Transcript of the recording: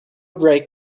break